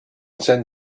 send